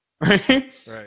right